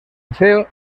liceo